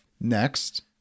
next